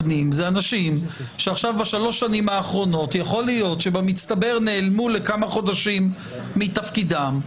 השנים האחרונות נעלמו לכמה חודשים מתפקידם במצטבר.